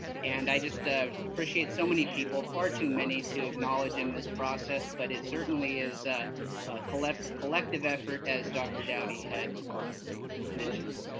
and i just ah appreciate so many people, far too many to acknowledge in this process, but it certainly is a collective collective effort as dr. dowdy had mentioned.